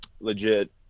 legit